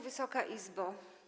Wysoka Izbo!